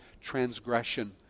transgression